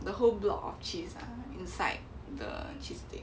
the whole block of cheese inside the cheese stick